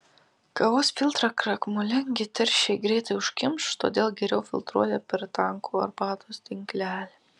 kavos filtrą krakmolingi tirščiai greitai užkimš todėl geriau filtruoti per tankų arbatos tinklelį